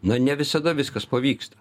na ne visada viskas pavyksta